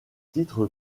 titre